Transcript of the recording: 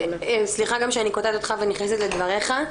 שאני קוטעת אותך ונכנסת לדבריך.